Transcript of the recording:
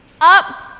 up